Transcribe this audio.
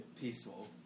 peaceful